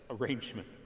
arrangement